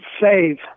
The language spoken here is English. save